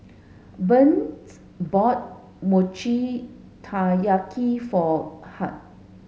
Burns bought Mochi Taiyaki for Hart